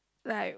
like